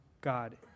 God